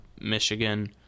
Michigan